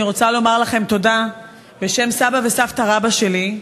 אני רוצה לומר לכם תודה בשם סבא-רבא וסבתא-רבתא שלי,